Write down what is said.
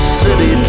city